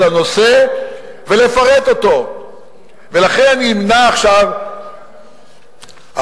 אקוניס, אני מדבר עכשיו עם השר.